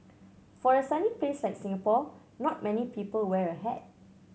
for a sunny place like Singapore not many people wear a hat